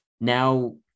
now